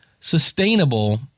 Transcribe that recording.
sustainable